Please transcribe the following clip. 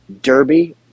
derby